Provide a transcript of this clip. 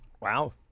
Wow